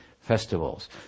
festivals